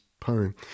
poem